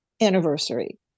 anniversary